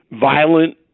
violent